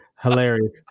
hilarious